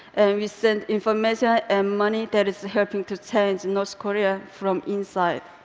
and we send information and money that is helping to change north korea from inside.